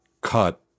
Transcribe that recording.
cut